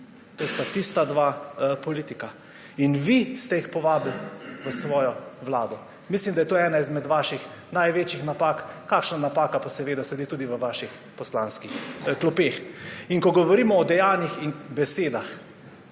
To sta tista dva politika. In vi ste jih povabili v svojo vlado. Mislim, da je to ena izmed vaših največjih napak. Kakšna napaka pa seveda sedi tudi v vaših poslanskih klopeh. In ko govorimo o dejanjih in besedah,